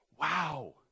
Wow